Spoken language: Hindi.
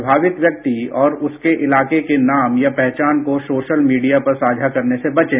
प्रमावित व्यक्ति और उसके इलाके के नाम या पहचान को सोशल मीडिया पर साझा करने से बचें